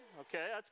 Okay